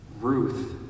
Ruth